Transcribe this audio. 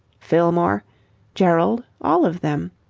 fillmore gerald all of them.